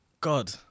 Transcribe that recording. God